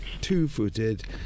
two-footed